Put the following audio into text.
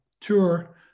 tour